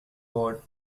mode